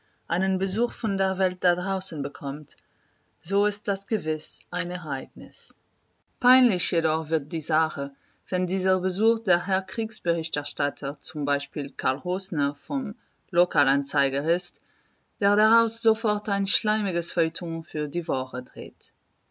einen besuch von der welt da draußen bekommt so ist das gewiß ein ereignis peinlich jedoch wird die sache wenn dieser besuch der herr kriegsberichterstatter z d karl rosner vom lokalanzeiger ist der daraus sofort ein schleimiges feuilleton für die woche dreht